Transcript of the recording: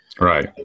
Right